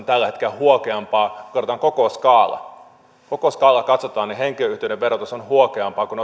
tällä hetkellä huokeampaa kun katsotaan koko skaalaa kun koko skaalaa katsotaan niin henkilöyhtiöiden verotus on huokeampaa kuin